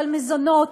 ועל מזונות,